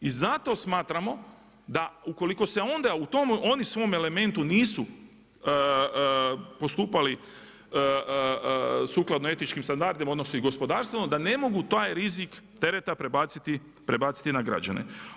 I zato smatramo da ukoliko se onda u tom svom elementu nisu postupali sukladno etičkim standardima, odnosno i gospodarstveno, da ne mogu taj rizik tereta prebaciti na građane.